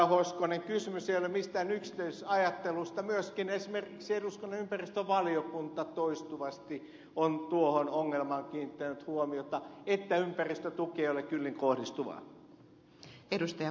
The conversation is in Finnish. hoskonen kysymys ei ole mistään yksityisajattelusta myöskin esimerkiksi eduskunnan ympäristövaliokunta toistuvasti on tuohon ongelmaan kiinnittänyt huomiota että ympäristötuki ei ole kyllin kohdistuvaa